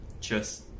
Cheers